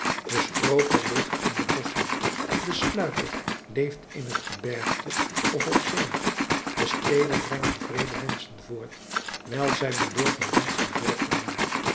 de strooper leeft in de bosschen de sluiker leeft in het gebergte of op zee de steden brengen wreede menschen voort wijl zij bedorven menschen